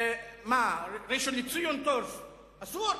מה, "ראשון-לציון טורס" אסור?